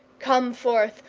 come forth,